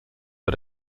bei